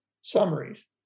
summaries